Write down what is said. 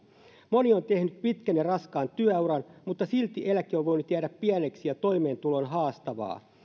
moni on tehnyt pitkän ja raskaan työuran mutta silti eläke on voinut jäädä pieneksi ja toimeentulo on haastavaa